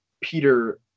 Peter